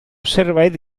zerbait